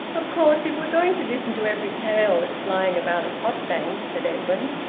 of course if we're going to listen to every tale that's flying about a potbank, said edwin.